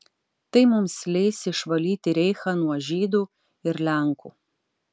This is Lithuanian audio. tai mums leis išvalyti reichą nuo žydų ir lenkų